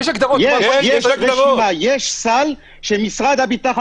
יש סל של משרד הביטחון.